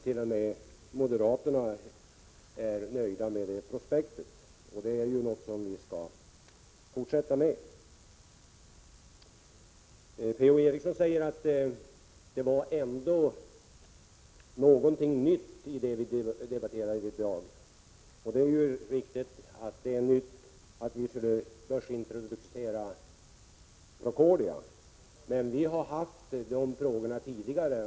T. o. m. moderaterna är nöjda med det prospektet. Det är något som vi skall fortsätta med. P.-O. Eriksson sade att det ändå var något nytt som kom fram när vi debatterade i dag. Det är visserligen en nyhet att vi skall börsintroducera Procordia, men vi har haft de frågorna uppe tidigare.